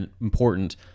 important –